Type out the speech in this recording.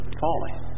falling